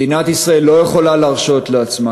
מדינת ישראל לא יכולה להרשות לעצמה,